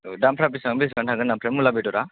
औ दामफ्रा बेसेबां बेसेबां थांगोन ओमफ्राय मुला बेदरा